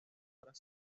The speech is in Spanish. cabras